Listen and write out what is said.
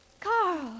Carl